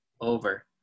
over